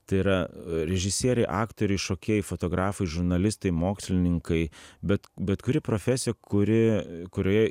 tai yra režisieriai aktoriai šokėjai fotografai žurnalistai mokslininkai bet bet kuri profesija kuri kurioje